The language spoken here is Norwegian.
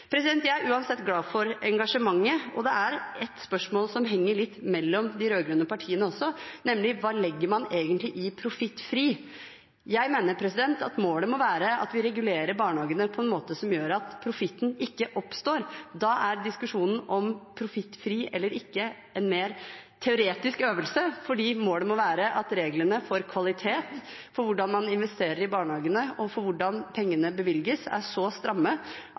Jeg er uansett glad for engasjementet. Det er et spørsmål som henger litt mellom de rød-grønne partiene også, nemlig hva man egentlig legger i «profittfri». Jeg mener målet må være at vi regulerer barnehagene på en måte som gjør at profitten ikke oppstår. Da er diskusjonen om profittfri eller ikke en mer teoretisk øvelse, fordi målet må være at reglene for kvalitet, for hvordan man investerer i barnehagene, og for hvordan pengene bevilges, er så stramme at